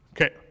Okay